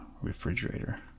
refrigerator